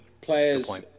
players